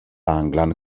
anglan